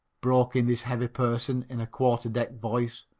broke in this heavy person in a quarterdeck voice.